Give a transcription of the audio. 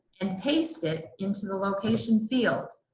and paste it into the location field.